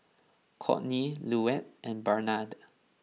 Courtney Luetta and Barnard